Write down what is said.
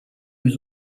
was